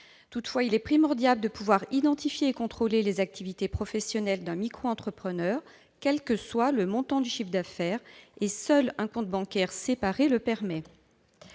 Toutefois, il est primordial de pouvoir identifier et contrôler les activités professionnelles d'un micro-entrepreneur, quel que soit le montant de son chiffre d'affaires ; et seul un compte bancaire séparé permet